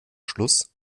schluss